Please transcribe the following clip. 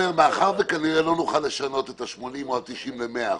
מאחר וכנראה לא נוכל לשנות את ההנחה בגובה 80% או 90% ל-100%,